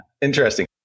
Interesting